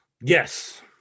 yes